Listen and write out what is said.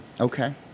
Okay